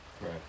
right